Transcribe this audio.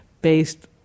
based